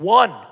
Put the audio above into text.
one